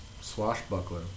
swashbuckler